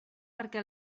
perquè